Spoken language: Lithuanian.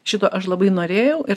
šito aš labai norėjau ir